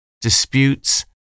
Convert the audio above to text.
disputes